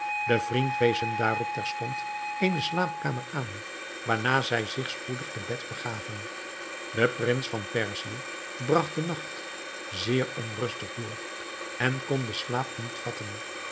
de vriend wees hun daarop terstond eene slaapkamer aan waarna zij zich spoedig te bed begaven de prins van perzië bragt den nacht zeer onrustig door en kon den slaap niet vatten